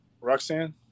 Roxanne